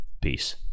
peace